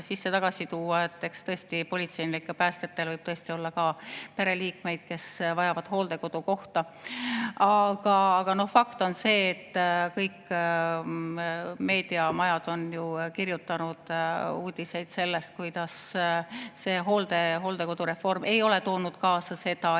sisse tagasi tuua, et eks politseinikel ja päästjatel võib ka tõesti olla pereliikmeid, kes vajavad hooldekodukohta. Aga no fakt on see, et kõik meediamajad on kirjutanud uudiseid sellest, kuidas hooldereform ei ole täitnud seda eesmärki,